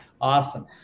Awesome